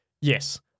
Yes